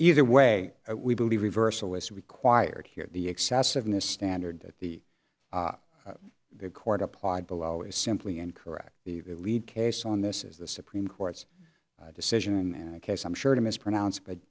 either way we believe reversal is required here the excessiveness standard that the the court applied below is simply and correct the lead case on this is the supreme court's decision in the case i'm sure to mispronounce but